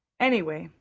anyway,